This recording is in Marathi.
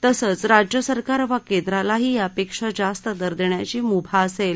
तसंच राज्य सरकार वा केंद्रालाही यापेक्षा जास्त दर देण्याची मुभा असेल